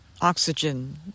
oxygen